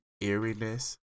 eeriness